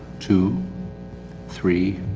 two three